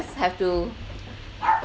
have to